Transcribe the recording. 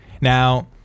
Now